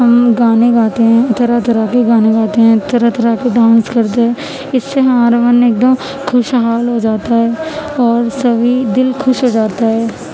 ہم گانے گاتے ہیں طرح طرح کے گانے گاتے ہیں طرح طرح کے ڈانس کرتے ہیں اس سے ہمارا من ایک دم خوشحال ہو جاتا ہے اور سبھی دل خوش ہو جاتا ہے